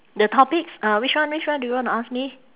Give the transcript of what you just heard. the topics uh which one which one do you want to ask me